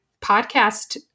podcast